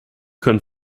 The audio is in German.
können